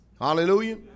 Hallelujah